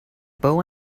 bow